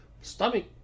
stomach